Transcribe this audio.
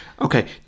Okay